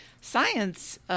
science